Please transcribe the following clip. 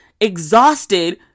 exhausted